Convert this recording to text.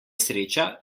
sreča